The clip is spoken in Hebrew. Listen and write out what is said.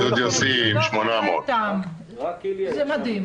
סטודיו C עם 800. טוב,